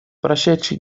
прошедший